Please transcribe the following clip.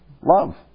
Love